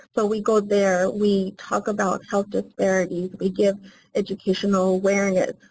so we go there, we talk about health disparities, we give educational awareness.